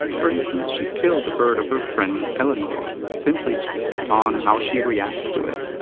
for instance, she killed the bird of her friend eleanor, simply to bet on how she reacts to it.